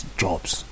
jobs